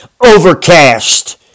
overcast